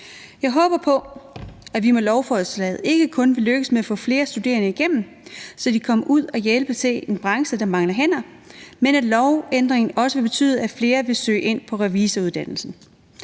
Jeg håber på, at vi med lovforslaget ikke kun vil lykkes med at få flere studerende igennem, så de kan komme ud og hjælpe til i en branche, der mangler hænder, men at lovændringen også vil betyde, at flere vil søge ind på revisoruddannelsen.